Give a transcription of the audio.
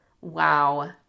Wow